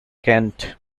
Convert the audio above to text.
kent